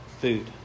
food